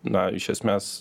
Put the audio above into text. na iš esmės